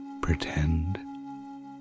pretend